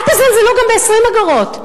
אל תזלזלו גם ב-20 אגורות.